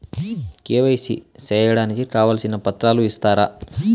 KYC సేయడానికి కావాల్సిన పత్రాలు ఇస్తారా?